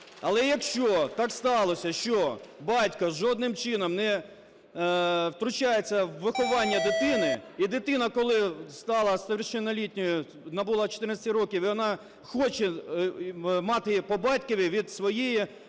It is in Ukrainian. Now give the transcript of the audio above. Але якщо так сталося, що батько жодним чином не втручається у виховання дитини, і дитина, коли стала совершеннолетней, набула 14 років, і вона хоче мати по батькові від свого,